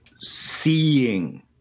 seeing